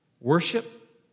Worship